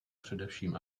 především